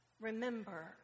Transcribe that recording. Remember